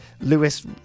Lewis